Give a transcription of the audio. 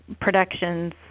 productions